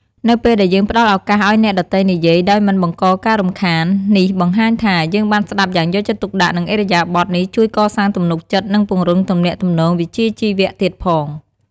នៅពេលដែលយើងផ្តល់ឱកាសឲ្យអ្នកដទៃនិយាយដោយមិនបង្កការរំខាន នេះបង្ហាញថា យើងបានស្តាប់យ៉ាងយកចិត្តទុកដាក់ ដែលឥរិយាបថនេះជួយកសាងទំនុកចិត្ត និងពង្រឹងទំនាក់ទំនងវិជ្ជាជីវៈទៀតផង។